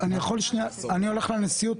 אני הולך לנשיאות,